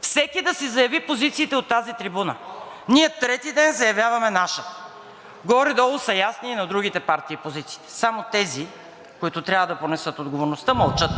Всеки да си заяви позициите от тази трибуна. Ние трети ден заявяваме наша. Горе-долу са ясни и позициите на другите партии. Само тези, които трябва да понесат отговорността, мълчат